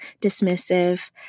dismissive